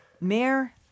Mayor